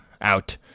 out